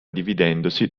dividendosi